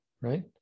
right